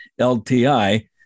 LTI